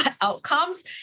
outcomes